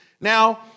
Now